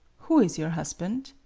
who is your husband?